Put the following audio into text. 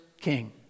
King